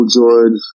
George